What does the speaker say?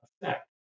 effect